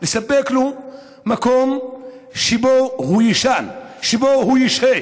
לספק לו מקום שבו הוא יישן, שבו הוא ישהה.